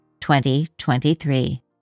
2023